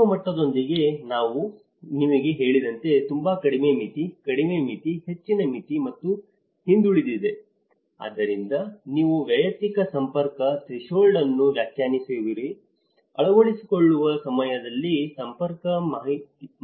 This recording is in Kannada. ಸೂಕ್ಷ್ಮ ಮಟ್ಟದೊಂದಿಗೆ ನಾನು ನಿಮಗೆ ಹೇಳಿದಂತೆ ತುಂಬಾ ಕಡಿಮೆ ಮಿತಿ ಕಡಿಮೆ ಮಿತಿ ಹೆಚ್ಚಿನ ಮಿತಿ ಮತ್ತು ಹಿಂದುಳಿದಿದೆ ಆದ್ದರಿಂದ ನೀವು ವೈಯಕ್ತಿಕ ಸಂಪರ್ಕ ಥ್ರೆಶೋಲ್ಡ್ ಅನ್ನು ವ್ಯಾಖ್ಯಾನಿಸಿರುವಿರಿ ಅಳವಡಿಸಿಕೊಳ್ಳುವ ಸಮಯದಲ್ಲಿ ಸಂಪರ್ಕ